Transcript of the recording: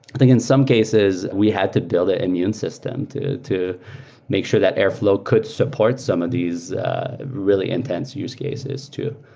think in some cases, we had to build an immune system to to make sure that airflow could support some of these really intense use cases too.